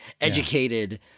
educated